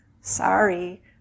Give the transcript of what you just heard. Sorry